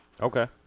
Okay